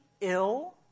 ill